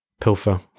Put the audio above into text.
pilfer